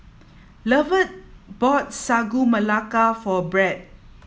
Lovett bought Sagu Melaka for Brad